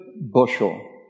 bushel